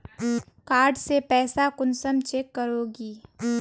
Card से पैसा कुंसम चेक करोगी?